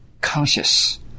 conscious